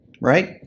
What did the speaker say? right